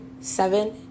seven